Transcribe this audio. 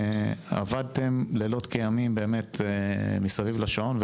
עבדתם באמת לילות כימים סביב השעון.